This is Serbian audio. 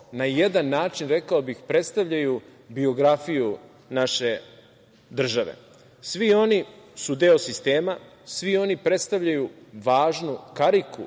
na jedan način predstavljaju biografiju naše države. Svi oni su deo sistema, svi oni predstavljaju važnu kariku